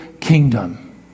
kingdom